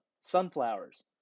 sunflowers